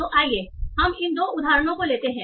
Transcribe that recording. तो आइए हम इन दो उदाहरणों को लेते हैं